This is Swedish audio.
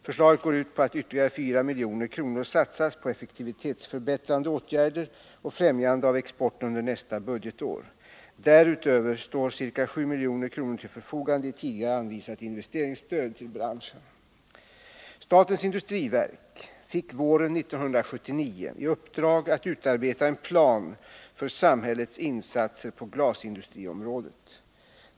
Förslaget går ut på att ytterligare 4 milj.kr. satsas på effektivitetsförbättrande åtgärder och främjande av exporten under nästa budgetår. Därutöver står ca 7 milj.kr. till förfogande i tidigäre anvisat investeringsstöd till branschen. Statens industriverk fick våren 1979 i uppdrag att utarbeta en plan för samhällets insatser på glasindustriområdet.